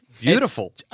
Beautiful